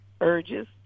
urges